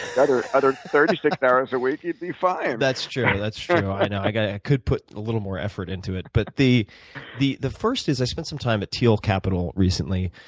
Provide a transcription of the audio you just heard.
the other other thirty six hours a week, you'd be fine. that's true, that's true, i know. i could put a little more effort into it. but the the first is i spent some time at thiel capital recently,